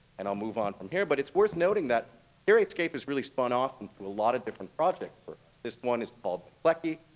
and i'll move on from here. but it's worth noting that curatescape has really spun off into a lot of different project. this one is called macleki.